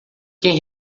quem